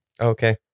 Okay